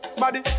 body